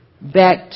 back